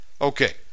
Okay